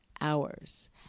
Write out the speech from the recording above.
hours